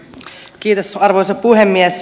kiitos arvoisa puhemies